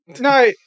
No